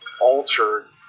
altered